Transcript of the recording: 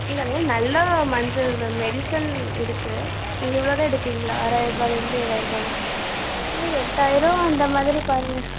ஏங்க அதெல்லாம் நல்ல மஞ்சள்ங்க மெடிசன் இருக்குது நீங்கள் இவ்வளோ தான் எடுப்பீங்களா ஆறாயிரம் ரூபாயில் இருந்து ஏழாயிரம் ரூபாய் இன்னும் ஒரு எட்டாயிரம் அந்த மாதிரி பாருங்க